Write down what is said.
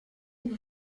une